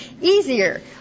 easier